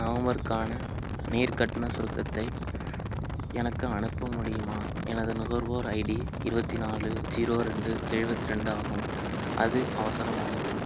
நவம்பர்க்கான நீர் கட்டணச் சுருக்கத்தை எனக்கு அனுப்ப முடியுமா எனது நுகர்வோர் ஐடி இருபத்தி நாலு ஜீரோ ரெண்டு எழுபத்தி ரெண்டு ஆகும் அது அவசரமானது